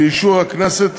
באישור הכנסת,